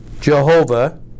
Jehovah